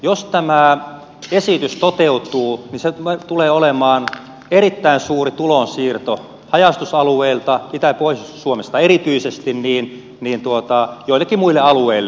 jos tämä esitys toteutuu niin se tulee olemaan erittäin suuri tulonsiirto haja asutusalueilta itä ja pohjois suomesta erityisesti joillekin muille alueille